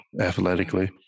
athletically